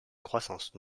croissance